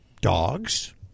dogs